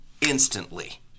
instantly